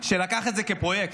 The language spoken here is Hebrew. ולקח את זה כפרויקט,